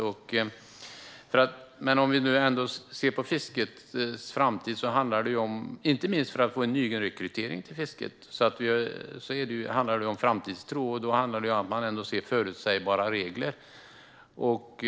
Det handlar om framtidstro, inte minst för att få en nyrekrytering till fisket, och då måste det finnas förutsägbara regler.